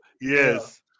yes